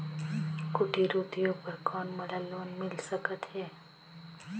कुटीर उद्योग बर कौन मोला लोन मिल सकत हे?